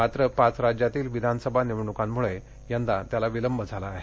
मात्र पाच राज्यातील विधानसभा निवडण्कांम्ळे यंदा त्याला विलंब झाला आहे